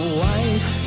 white